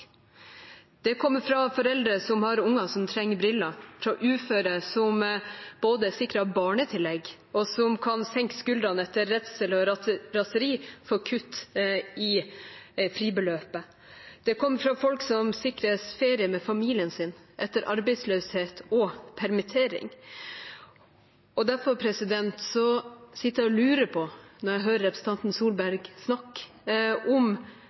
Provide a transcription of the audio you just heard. kommer fra foreldre som har unger som trenger briller, fra uføre som både er sikret barnetillegg, og som kan senke skuldrene etter redsel for og raseri over kutt i fribeløpet, og den kommer fra folk som sikres ferie med familien sin, etter arbeidsløshet og permittering. Derfor sitter jeg og lurer på, når jeg hører representanten Solberg snakke, om